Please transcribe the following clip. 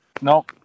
No